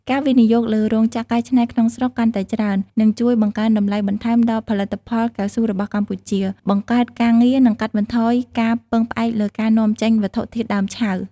ការវិនិយោគលើរោងចក្រកែច្នៃក្នុងស្រុកកាន់តែច្រើន នឹងជួយបង្កើនតម្លៃបន្ថែមដល់ផលិតផលកៅស៊ូរបស់កម្ពុជា បង្កើតការងារ និងកាត់បន្ថយការពឹងផ្អែកលើការនាំចេញវត្ថុធាតុដើមឆៅ។